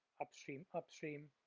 upstream upstream,